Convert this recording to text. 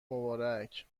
مبارک